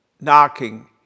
knocking